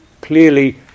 clearly